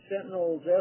Sentinel's